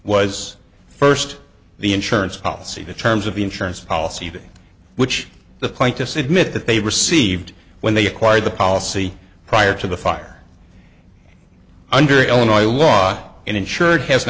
was first the insurance policy in terms of the insurance policy which the plaintiffs admit that they received when they acquired the policy prior to the fire under illinois law and ensure it has